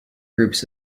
groups